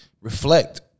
reflect